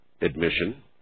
admission